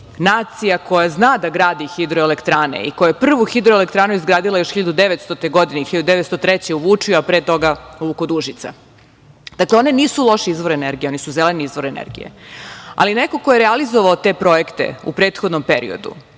nacija koja zna da gradi hidroelektrane i koja je prvu hidroelektranu izgradila još 1900. godine i 1903. godine u Vučju, a pre toga ovu kod Užica. Dakle, one nisu loš izvor energije, one su zeleni izvor energije, ali neko ko je realizovao te projekte u prethodnog periodu,